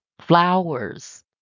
flowers